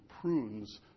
prunes